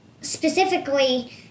specifically